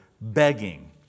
begging